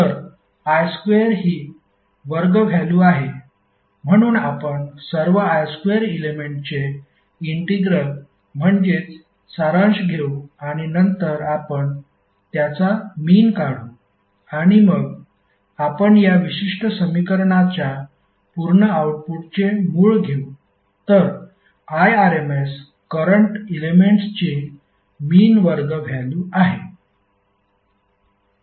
तर i2 हि वर्ग व्हॅल्यु आहे म्हणून आपण सर्व i2 एलेमेंट्सचे इंटिग्रल म्हणजेच सारांश घेऊ आणि नंतर आपण त्याचा मिन काढू आणि मग आपण या विशिष्ट समीकरणाच्या पूर्ण आऊटपुटचे मूळ घेऊ तर Irms करंट एलेमेंट्सची मिन वर्ग व्हॅल्यु आहे